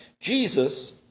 Jesus